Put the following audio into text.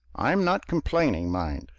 i am not complaining, mind,